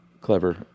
clever